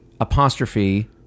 apostrophe